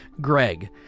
Greg